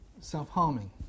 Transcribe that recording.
self-harming